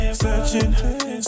searching